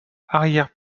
arrière